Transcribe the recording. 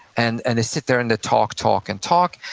and and they sit there and talk, talk, and talk,